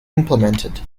implemented